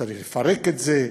צריך לפרק את זה,